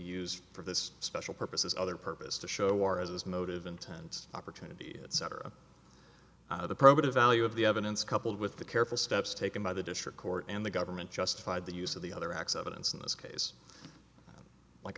used for this special purposes other purpose to show or as motive intent opportunity it cetera the probative value of the evidence coupled with the careful steps taken by the district court and the government justified the use of the other accidents in this case like